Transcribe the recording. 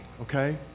Okay